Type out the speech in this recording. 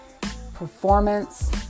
performance